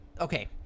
okay